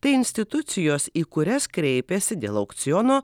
tai institucijos į kurias kreipėsi dėl aukciono